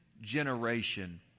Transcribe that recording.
generation